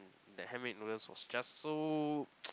the handmade noodles was just so